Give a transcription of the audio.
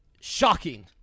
shocking